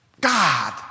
God